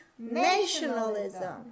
Nationalism